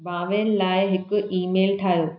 भावेन लाइ हिकु ईमेलु ठाहियो